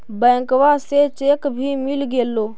बैंकवा से चेक भी मिलगेलो?